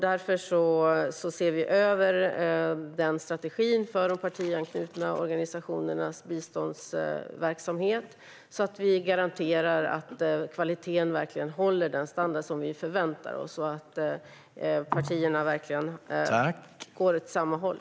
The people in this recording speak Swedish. Därför ser vi över strategin för de partianknutna organisationernas biståndsverksamhet så att vi garanterar att kvaliteten håller den standard vi förväntar oss och att partierna verkligen går åt samma håll.